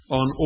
on